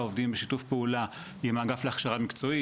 עובדים בשיתוף פעולה עם האגף להכשרה מקצועית,